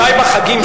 ודאי בחגים.